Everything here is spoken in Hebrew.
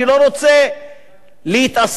אני לא רוצה להתעסק,